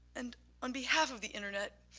and on behalf of the internet,